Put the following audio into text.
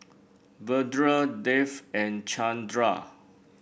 Vedre Dev and Chandra